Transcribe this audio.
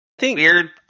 weird